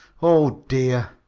oh, dear!